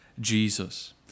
Jesus